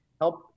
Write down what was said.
help